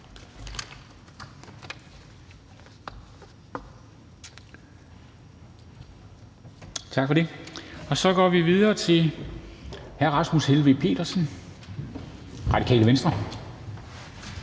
bemærkninger. Og så går vi videre til hr. Rasmus Helveg Petersen, Radikale Venstre.